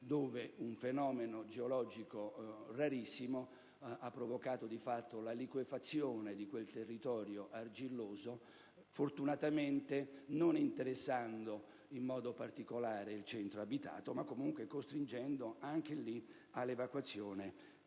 dove un fenomeno geologico rarissimo ha provocato di fatto la liquefazione di quel territorio argilloso, fortunatamente non interessando in modo particolare il centro abitato, ma comunque costringendo a dar corso,